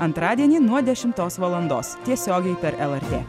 antradienį nuo dešimtos valandos tiesiogiai per el er tė